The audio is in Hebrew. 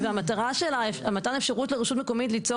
והמטרה של מתן אפשרות לרשות מקומית ליצור